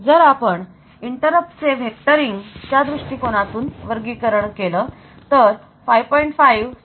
जर आपण इंटरप्ट चे vectoring च्या दृष्टिकोनातून वर्गीकरण केलं तर 5